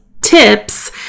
tips